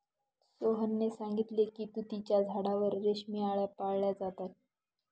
सोहनने सांगितले की तुतीच्या झाडावर रेशमी आळया पाळल्या जातात